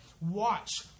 Watch